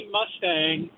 Mustang